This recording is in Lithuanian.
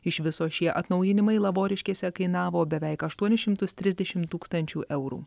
iš viso šie atnaujinimai lavoriškėse kainavo beveik aštuonis šimtus trisdešim tūkstančių eurų